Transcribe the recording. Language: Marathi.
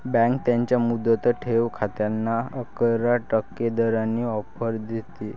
बँक त्यांच्या मुदत ठेव खात्यांना अकरा टक्के दराने ऑफर देते